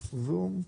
בזום?